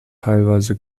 teilweise